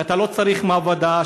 שאתה לא צריך מעבדה,